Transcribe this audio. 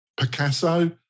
Picasso